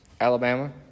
Alabama